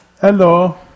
Hello